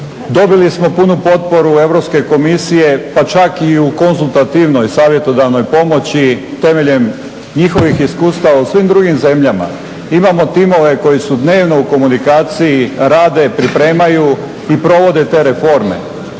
dobili smo punu potporu Europske komisije pa čak i u konzultativnoj savjetodavnoj pomoći temeljem njihovih iskustava u svim drugim zemljama. Imamo timove koji su dnevno u komunikaciji rade pripremaju i provode te reforme,